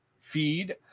feed